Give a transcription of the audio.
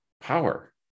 power